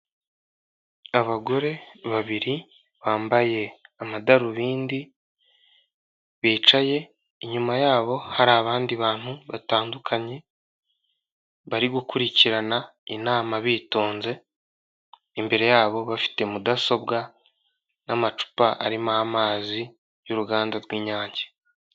Abagore babiri bambaye amadarubindi, bicaye, inyuma yabo hari abandi bantu batandukanye, bari gukurikirana inama bitonze, imbere yabo bafite mudasobwa n'amacupa arimo amazi y'uruganda rw'inyange.